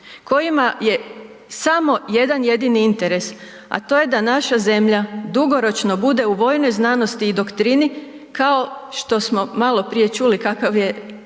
kojima je samo jedan jedini interes, a to je da naša zemlja dugoročno bude u vojnoj znanosti i doktrini kao što smo maloprije čuli kakav je